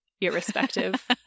irrespective